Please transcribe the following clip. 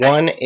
One